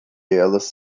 elas